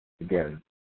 again